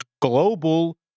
global